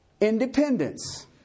independence